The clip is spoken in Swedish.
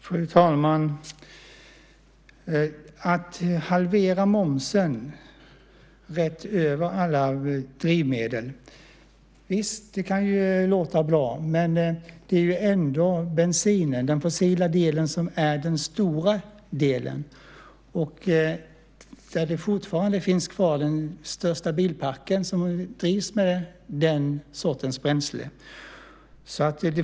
Fru talman! Visst kan det låta bra att halvera momsen rätt över för alla drivmedel. Men det är ju ändå bensinen, den fossila delen, som är den stora delen. Den största delen av bilparken drivs fortfarande med den sortens bränsle.